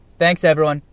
thanks, everyone.